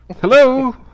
Hello